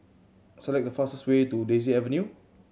select the fastest way to Daisy Avenue